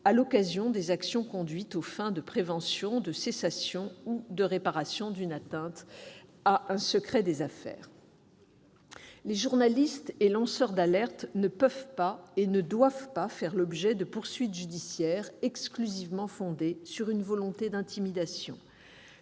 à l'occasion des actions conduites aux fins de prévention, de cessation ou de réparation d'une atteinte à un secret des affaires. Les journalistes et lanceurs d'alerte ne peuvent pas et ne doivent pas faire l'objet de poursuites judiciaires exclusivement fondées sur une volonté d'intimidation.